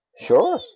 sure